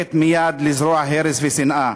דואגת מייד לזרוע הרס ושנאה.